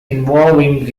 involving